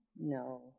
No